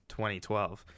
2012